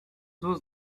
was